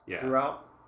throughout